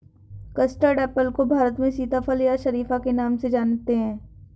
custard apple को भारत में सीताफल या शरीफा के नाम से जानते हैं